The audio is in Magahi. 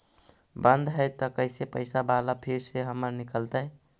बन्द हैं त कैसे पैसा बाला फिर से हमर निकलतय?